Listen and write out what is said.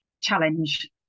challenge